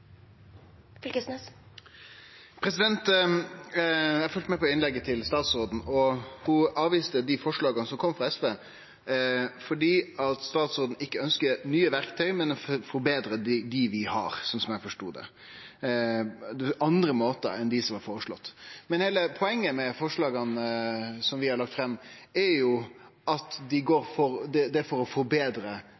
med på innlegget til statsråden, og ho avviste dei forslaga som kom frå SV, fordi ho ikkje ønskjer nye verktøy, men vil forbetre dei vi har, slik eg forstod det, og gjere det på andre måtar enn dei som er føreslått. Heile poenget med forslaga vi har lagt fram, er å forbetre dei